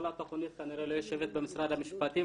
התכנית כנראה לא יושבת במשרד המשפטים,